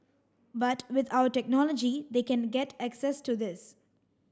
but with our technology they can get access to this